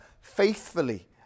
faithfully